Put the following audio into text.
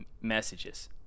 messages